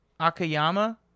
Akayama